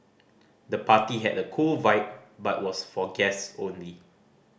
the party had a cool vibe but was for guest only